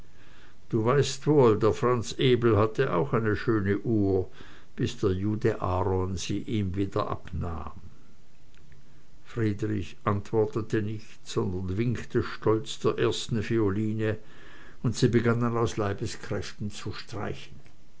du weißt wohl der franz ebel hatte auch eine schöne uhr bis der jude aaron sie ihm wieder abnahm friedrich antwortete nicht sondern winkte stolz der ersten violine und sie begannen aus leibeskräften zu streichen